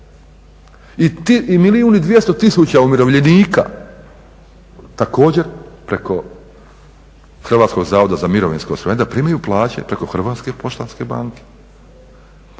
I milijun i 200 tisuća umirovljenika, također preko Hrvatskog zavoda za mirovinsko, svi valjda primaju plaće preko HPB-a. Zbog čega